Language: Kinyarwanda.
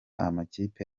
amakipe